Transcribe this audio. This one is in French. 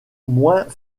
moins